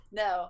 no